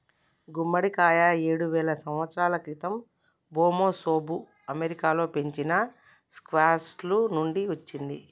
గుమ్మడికాయ ఏడువేల సంవత్సరాల క్రితం ఋమెసోఋ అమెరికాలో పెంచిన స్క్వాష్ల నుండి వచ్చింది